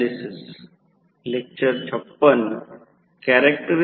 तर या समस्येमध्ये प्रत्यक्षात एक गोष्ट म्हणजे कमी व्होल्टेज बाजू 200 व्होल्ट आहे